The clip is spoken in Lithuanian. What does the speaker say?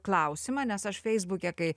klausimą nes aš feisbuke kai